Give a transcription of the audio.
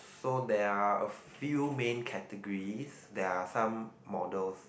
so they are a few main categories they are some models